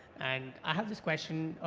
and i have this question,